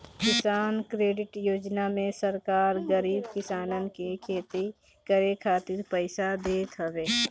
किसान क्रेडिट योजना में सरकार गरीब किसानन के खेती करे खातिर पईसा देत हवे